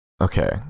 Okay